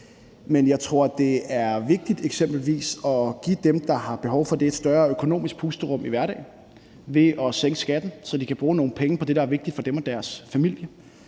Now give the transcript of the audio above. Men jeg tror, det er vigtigt eksempelvis at give dem, der har behov for det, et større økonomisk pusterum i hverdagen ved at sænke skatten, så de kan bruge nogle penge på det, som er vigtigt for dem og deres familie.